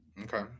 okay